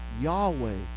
Yahweh